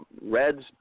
reds